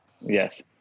Yes